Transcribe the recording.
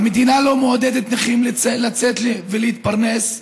והמדינה לא מעודדת נכים לצאת ולהתפרנס,